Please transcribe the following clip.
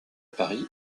paris